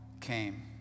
came